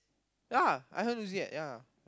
ya I haven't lose it yet ya